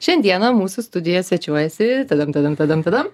šiandieną mūsų studijoje svečiuojasi tadam tadam tadam tadam